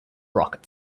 rocket